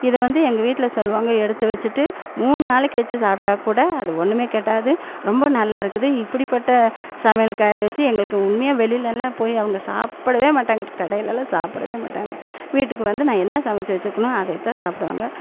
இதை வந்து எங்கள் வீட்டில் சொல்லுவாங்க எடுத்து வச்சிவிட்டு மூணு நாளைக்கு வச்சு சாப்பிட்டா கூட அது ஒன்றுமே கெடாது ரொம்ப நல்லா இருக்குது இப்படிப்பட்ட சமையல்காரி வச்சு எங்களுக்கு உண்மையாக வெளியில் எல்லாம் போய் அவங்க சாப்பிடவே மாட்டாங்க கடையிலலாம் சாப்பிடவே மாட்டாங்க வீட்டுக்கு வந்து நான் என்ன சமைச்சு வச்சியிருக்கனோ அதையே தான் சாப்பிடுவாங்க